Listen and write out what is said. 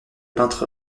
peintre